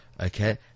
Okay